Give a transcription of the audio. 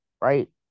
right